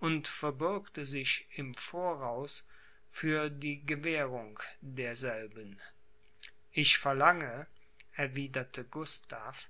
und verbürgte sich im voraus für die gewährung derselben ich verlange erwiderte gustav